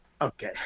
Okay